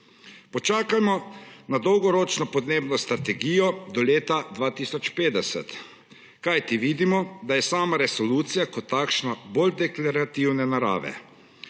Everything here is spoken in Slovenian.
Počakajmo na Dolgoročno podnebno strategijo Slovenije do leta 2050, kajti vidimo, da je sama resolucija kot takšna bolj deklarativne narave.